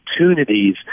opportunities